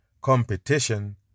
Competition